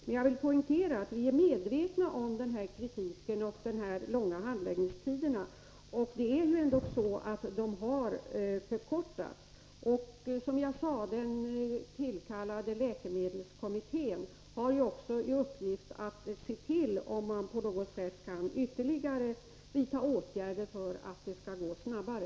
Men jag vill poängtera att vi är medvetna om den aktuella kritiken och de långa handläggningstiderna. Men dessa tider har ändå förkortats. Och som jag sade har också den tillkallade läkemedelskommittén i uppgift att se till om det kan vidtas några ytterligare åtgärder för att det hela skall gå snabbare.